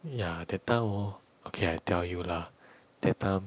ya that time hor okay I tell you lah that time